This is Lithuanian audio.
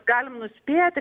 galim nuspėti